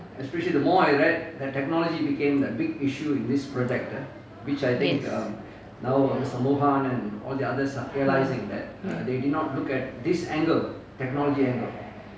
yes